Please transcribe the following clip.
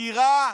העתירה